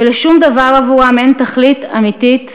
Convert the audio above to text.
ולשום דבר עבורם אין תכלית אמיתית וייעוד.